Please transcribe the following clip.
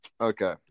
Okay